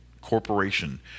Corporation